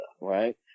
right